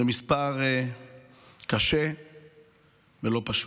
זה מספר קשה ולא פשוט.